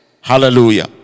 Hallelujah